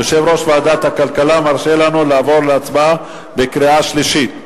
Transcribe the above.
יושב-ראש ועדת הכלכלה מרשה לנו לעבור להצבעה בקריאה שלישית.